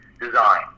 design